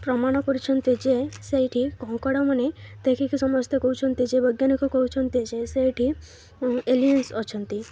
ପ୍ରମାଣ କରିଛନ୍ତି ଯେ ସେଇଠି କଙ୍କାଳ ମାନେ ଦେଖିକି ସମସ୍ତେ କହୁଛନ୍ତି ଯେ ବୈଜ୍ଞାନିକ କହୁଛନ୍ତି ଯେ ସେଇଠି ଏଲିଏନ୍ସ ଅଛନ୍ତି